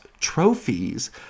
trophies